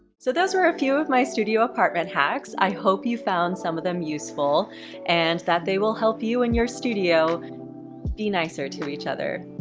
so those were a few of my studio apartment hacks. i hope you found some of them useful and that they will help you and your studio be nicer to each other.